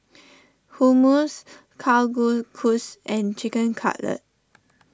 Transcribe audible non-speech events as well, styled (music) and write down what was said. Hummus Kalguksu and Chicken Cutlet (noise)